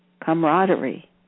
camaraderie